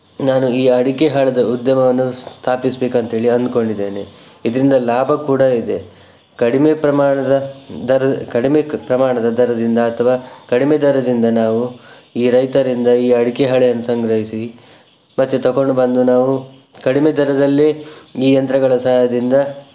ನಾನು ಈ ಅಡಿಕೆ ಹಾಳೆಯ ಉದ್ಯಮವನ್ನು ಸ್ಥಾಪಿಸ್ಬೇಕಂತೇಳಿ ಅಂದ್ಕೊಂಡಿದ್ದೇನೆ ಇದರಿಂದ ಲಾಭ ಕೂಡ ಇದೆ ಕಡಿಮೆ ಪ್ರಮಾಣದ ದರ ಕಡಿಮೆ ಪ್ರಮಾಣದ ದರದಿಂದ ಅಥವಾ ಕಡಿಮೆ ದರದಿಂದ ನಾವು ಈ ರೈತರಿಂದ ಈ ಅಡಿಕೆ ಹಾಳೆಯನ್ನು ಸಂಗ್ರಹಿಸಿ ಮತ್ತೆ ತೊಕೊಂಡು ಬಂದು ನಾವು ಕಡಿಮೆ ದರದಲ್ಲೇ ಈ ಯಂತ್ರಗಳ ಸಹಾಯದಿಂದ